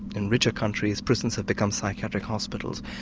in richer countries prisons have become psychiatric hospitals.